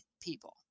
people